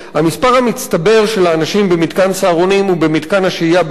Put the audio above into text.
המצטבר של האנשים במתקן "סהרונים" ובמתקן השהייה ביחד הוא